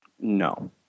No